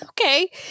okay